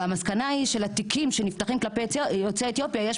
והמסקנה היא שלתיקים שנפתחים כלפי יוצאי אתיופיה יש